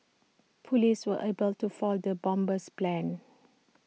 Police were able to foil the bomber's plans